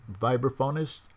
vibraphonist